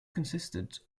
consisted